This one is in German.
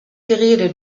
gerede